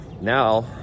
Now